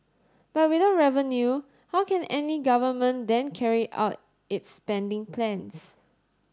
but without revenue how can any government then carry out its spending plans